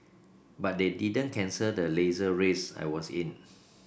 but they didn't cancel the Laser race I was in